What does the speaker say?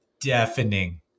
deafening